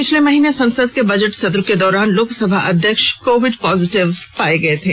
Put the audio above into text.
पिछले महीने संसद के बजट सत्र के दौरान लोकसभा अध्यक्ष कोविड पॉजिटिव हो गए थे